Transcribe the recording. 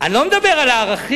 אני לא מדבר על הערכים,